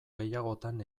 gehiagotan